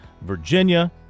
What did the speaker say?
Virginia